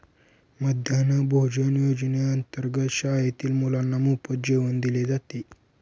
मध्यान्ह भोजन योजनेअंतर्गत शाळेतील मुलांना मोफत जेवण दिले जाते